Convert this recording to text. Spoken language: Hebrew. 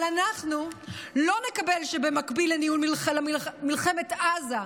אבל אנחנו לא נקבל שבמקביל לניהול מלחמת עזה,